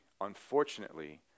Unfortunately